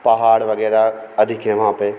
पहाड़ वगैरह अधिक हैं वहाँ पे